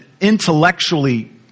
intellectually